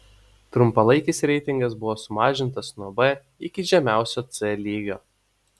trumpalaikis reitingas buvo sumažintas nuo b iki žemiausio c lygio